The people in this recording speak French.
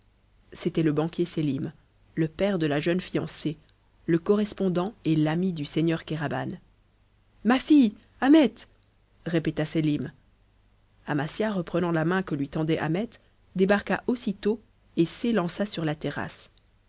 c'était le banquier sélim le père de la jeune fiancée le correspondant et l'ami du seigneur kéraban ma fille ahmet répéta sélim amasia reprenant la main que lui tendait ahmet débarqua aussitôt et s'élança sur la terrasse